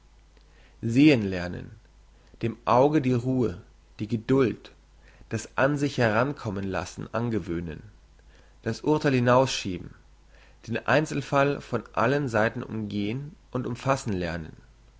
sehen lernen dem auge die ruhe die geduld das an sich herankommen lassen angewöhnen das urtheil hinausschieben den einzelfall von allen seiten umgehn und umfassen lernen